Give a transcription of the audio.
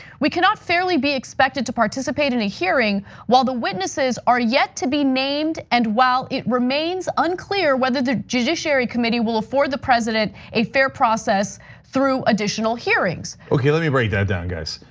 we cannot fairly be expected to participate in a hearing while the witnesses are yet to be named. and while it remains unclear whether the judiciary committee will afford the president fair process through additional hearings. okay, let me break that down guys.